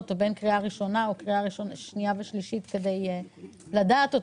או בין קריאה ראשונה לקריאה שנייה ושלישית כדי לדעת אותו,